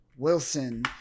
Wilson